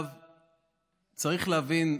צריך להבין,